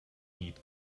need